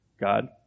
God